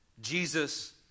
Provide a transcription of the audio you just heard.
Jesus